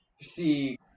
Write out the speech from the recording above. See